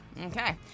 Okay